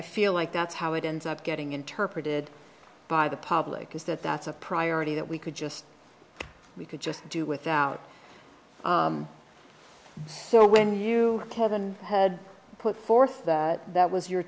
i feel like that's how it ends up getting interpreted by the public is that that's a priority that we could just we could just do without so when you call them had put forth that that was your